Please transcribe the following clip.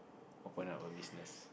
open up a business